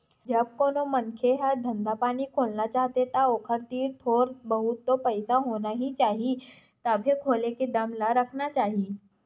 जब कोनो मनखे ह धंधा पानी खोलना चाहथे ता ओखर तीर थोक बहुत तो पइसा होना ही चाही तभे खोले के दम ल करना चाही